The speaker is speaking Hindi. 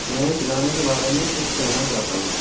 मैं इस गाने के बारे में कुछ कहना चाहता हूँ